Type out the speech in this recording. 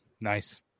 nice